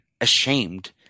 ashamed